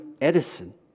Edison